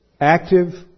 active